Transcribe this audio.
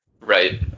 Right